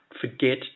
forget